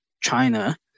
China